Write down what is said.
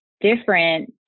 different